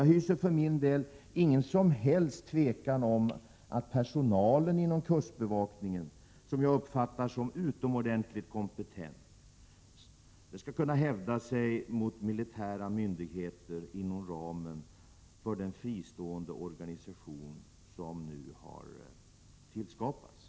Jag hyser för min del ingen som helst tvekan om att personalen inom kustbevakningen, som jag uppfattar som utomordentligt kompetent, skall kunna hävda sig gentemot militära myndigheter inom ramen för den fristående organisation som har tillskapats.